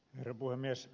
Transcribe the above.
herra puhemies